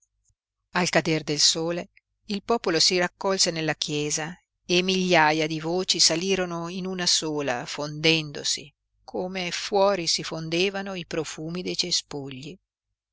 al cader del sole il popolo si raccolse nella chiesa e migliaia di voci salirono in una sola fondendosi come fuori si fondevano i profumi dei cespugli